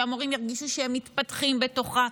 שהמורים ירגישו שהם מתפתחים בתוכה,